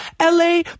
la